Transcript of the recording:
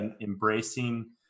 embracing